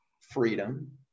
freedom